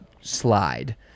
slide